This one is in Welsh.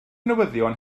newyddion